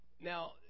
Now